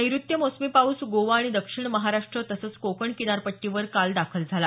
नैऋत्य मोसमी पाऊस गोवा आणि दक्षिण महाराष्ट्र तसंच कोकण किनारपट्टीवर काल दाखल झाला